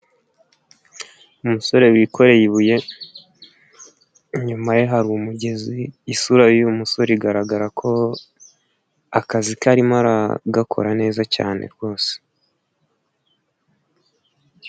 Umusore wikoreye ibuye, inyuma ye hari umugezi, isura y'uwo musore igaragara ko akazi ke arimo araragakora neza cyane rwose.